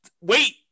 wait